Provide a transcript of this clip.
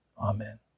amen